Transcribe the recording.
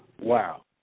wow